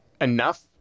enough